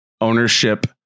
ownership